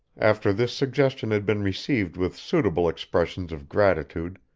after this suggestion had been received with suitable expressions of gratitude,